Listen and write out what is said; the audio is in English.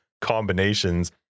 combinations